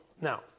Now